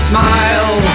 smile